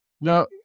Now